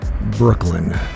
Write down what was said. Brooklyn